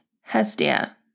Hestia